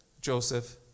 Joseph